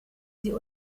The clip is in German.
sie